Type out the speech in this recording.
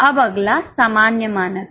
अब अगला सामान्य मानक है